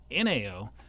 NAO